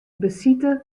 besite